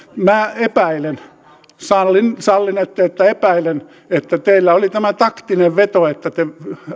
minä epäilen sallinette että epäilen että teillä oli tämä taktinen veto että te